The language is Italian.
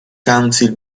council